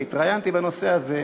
והתראיינתי בנושא הזה,